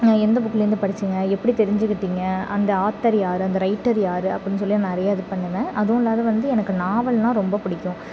எந்த புக்லேருந்து படித்திங்க எப்படி தெரிஞ்சுக்கிட்டிங்க அந்த ஆத்தர் யார் அந்த ரைட்டர் யார் அப்படினு சொல்லி நிறையா இது பண்ணுவேன் அதுவுமில்லாத வந்து எனக்கு நாவல்னால் ரொம்ப பிடிக்கும்